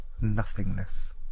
nothingness